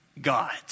God